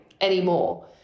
anymore